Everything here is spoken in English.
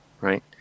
right